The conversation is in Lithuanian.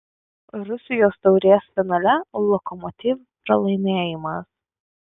rusijos taurės finale lokomotiv pralaimėjimas